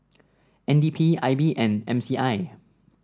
N D P I B and M C I